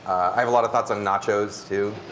i have a lot of thoughts on nachos, too.